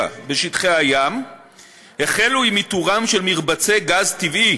בשטחי הים החלו עם איתורם של מרבצי גז טבעי